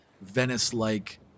Venice-like